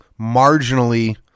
marginally